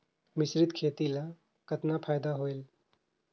मिश्रीत खेती ल कतना फायदा होयल?